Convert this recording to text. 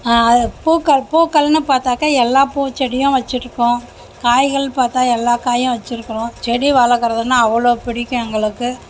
பூக்கள் பூக்கள்னு பார்த்தாக்கா எல்லா பூச்செடியும் வச்சியிருக்கோம் காய்கள்ன்னு பார்த்தா எல்லா காயும் வச்சியிருக்குறோம் செடி வளர்க்குறதுன்னா அவ்வளோ பிடிக்கும் எங்களுக்கு